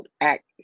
act